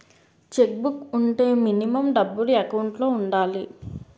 Check book వుంటే minimum డబ్బులు account లో ఉండాలి?